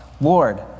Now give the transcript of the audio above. Lord